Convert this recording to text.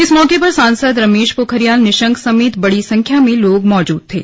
इस मौके पर सांसद रमेश पोखरियाल निशंक समेत बड़ी संख्या में लोग मौजूद थे